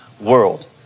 world